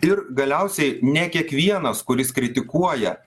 ir galiausiai ne kiekvienas kuris kritikuoja